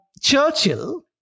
Churchill